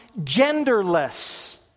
genderless